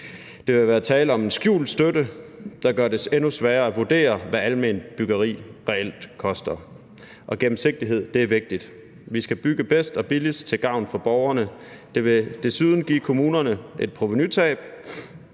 Der vil være tale om en skjult støtte, der gør det endnu sværere at vurdere, hvad alment byggeri reelt koster, og gennemsigtighed er vigtigt. Vi skal bygge bedst og billigst til gavn for borgerne. Det vil desuden give kommunerne et provenutab,